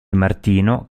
martino